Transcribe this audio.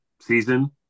season